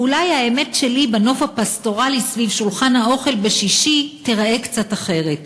ואולי האמת שלי בנוף הפסטורלי סביב שולחן האוכל בשישי תיראה קצת אחרת.